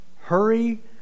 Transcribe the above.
hurry